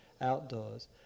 outdoors